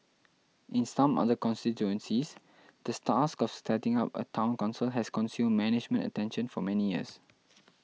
in some other constituencies the stask of setting up a Town Council has consumed management attention for many years